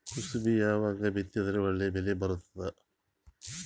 ಕುಸಬಿ ಯಾವಾಗ ಬಿತ್ತಿದರ ಒಳ್ಳೆ ಬೆಲೆ ಬರತದ?